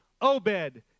Obed